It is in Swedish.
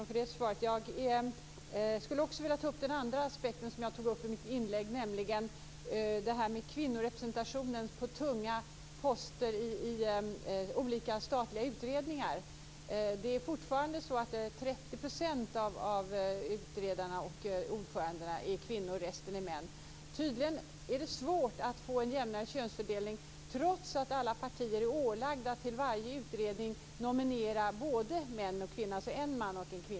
Fru talman! Tack, Göran Magnusson, för det svaret. Jag skulle också vilja ta upp en annan aspekt som jag tog upp i mitt anförande, nämligen kvinnorepresentationen på tunga poster i olika statliga utredningar. Fortfarande är 30 % av ordförandena och utredarna kvinnor. Resten är män. Tydligen är det svårt att få en jämnare könsfördelning, trots att alla partier är ålagda att till varje utredning nominera både en man och en kvinna.